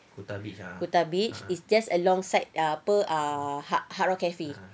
kuta beach it's just alongside ah apa ah ha~ hard rock cafe